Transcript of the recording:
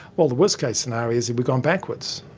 well, the worst case scenario is that we've gone backwards.